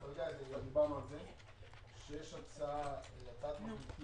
דיברנו על זה שיש הצעת מחליטים